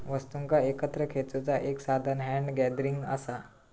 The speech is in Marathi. वस्तुंका एकत्र खेचुचा एक साधान हॅन्ड गॅदरिंग असा